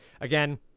Again